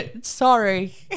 sorry